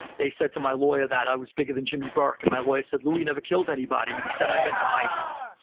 they said to my lawyer that i was bigger than jimmy burke, and my lawyer said, louie never killed anybody. and he said, i meant the heists.